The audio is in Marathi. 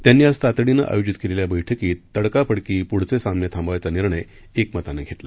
त्यांनी आज तातडीनं आयोजित केलेल्या बैठकीत तडकाफडकी पुढचे सामने थांबवायचा निर्णय एकमतानं घेतला